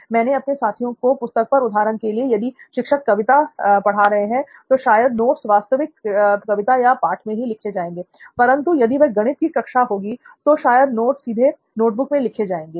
भाषा की कक्षा में मैंने अपने साथियों को पुस्तक पर उदाहरण के लिए यदि शिक्षक कविता बना रहे हैं तो शायद नोट्स वास्तविक कविता या पाठ मैं ही लिखे जाएंगे परंतु यदि यह गणित की कक्षा होगी तो शायद नोट सीधे नोटबुक में लिखे जाएंगे